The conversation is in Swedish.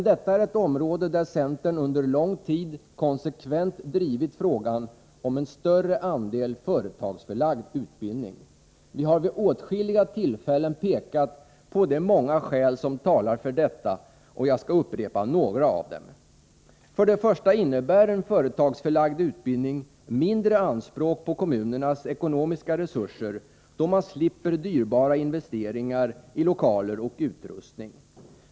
Detta är ett område där centern under lång tid konsekvent drivit frågan om en större andel företagsförlagd utbildning. Vi har vid åtskilliga tillfällen framhållit de många skäl som talar för detta, och jag skall upprepa några av dem. För det första innebär en företagsförlagd utbildning mindre anspråk på kommunernas ekonomiska resurser, då man slipper dyrbara investeringar i lokaler och utrustning.